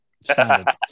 Standard